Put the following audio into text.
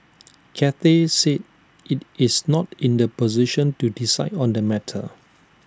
Cathay said IT is not in the position to decide on the matter